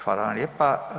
Hvala vam lijepa.